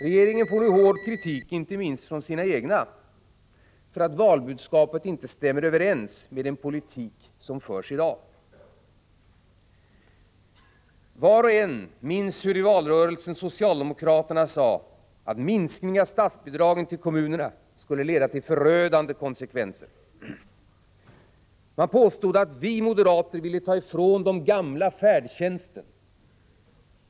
Regeringen kritiseras i dag hårt, inte minst av sina egna, för att valbudskapet inte stämmer överens med den politik som förs efter valet. Var och en minns hur socialdemokraterna i valrörelsen sade: En minskning av statsbidragen till kommunerna skulle få förödande konsekvenser. Man påstod att vi moderater ville ta ifrån de gamla färdtjänsten.